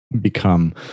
Become